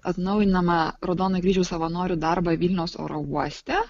atnaujinama raudonojo kryžiaus savanorių darbą vilniaus oro uoste